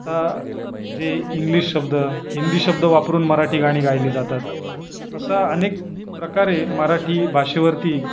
आता जे इंग्लिश शब्द हिंदी शब्द वापरून मराठी गाणी गायली जातात असा अनेक प्रकारे मराठी भाषेवरती